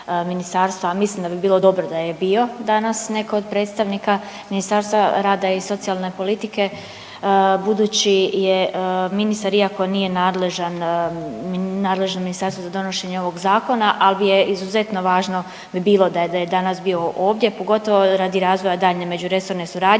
a mislim da bi bilo dobro da je bio danas neko od predstavnika Ministarstva rada i socijalne politike, budući je ministar iako nije nadležan nadležno ministarstvo za donošenje ovog zakona, al je izuzetno važno bi bilo da je danas bio ovdje, pogotovo radi razvoja daljnje međuresorne suradnje